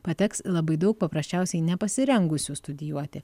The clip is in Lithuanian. pateks labai daug paprasčiausiai nepasirengusių studijuoti